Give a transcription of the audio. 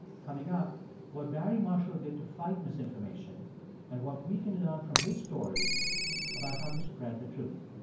coming up what barry marshall did to fight misinformation and what we can learn from his story about how to spread the truth